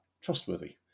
trustworthy